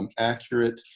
um accurate,